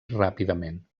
ràpidament